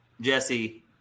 Jesse